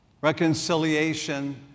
reconciliation